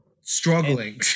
struggling